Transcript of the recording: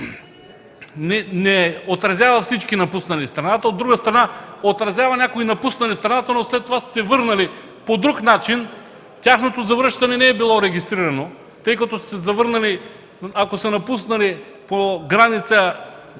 не отразява всички напуснали страната, от друга страна, отразява някои напуснали страната, но след това върнали се по друг начин, тяхното връщане не е било регистрирано, защото ако са напуснали по граница,